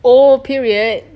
oh period